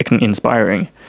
inspiring